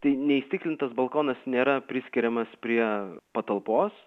tai neįstiklintas balkonas nėra priskiriamas prie patalpos